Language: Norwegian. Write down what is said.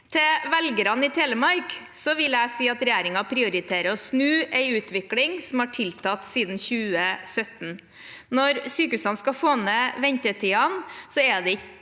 Til velgerne i Telemark vil jeg si at regjeringen prioriterer å snu en utvikling som har tiltatt siden 2017. Når sykehusene skal få ned ventetidene, er det ikke